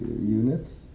units